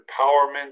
empowerment